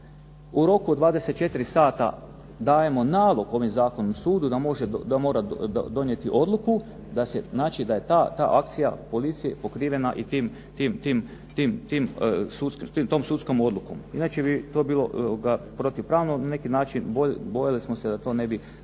U roku od 24 sata dajemo nalog ovaj zakon sudu da mora donijeti odluku, znači da je ta akcija policije pokrivena i tom sudskom odlukom. Inače bi to bilo protupravno, na neki način bojali smo se da to ne bi,